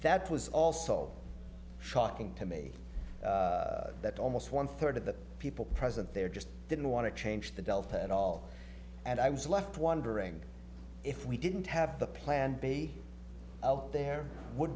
that was also shocking to me that almost one third of the people present there just didn't want to change the delta at all and i was left wondering if we didn't have the plan b there w